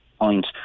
point